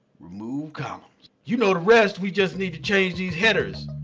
remove columns. you know the rest. we just need to change these headers.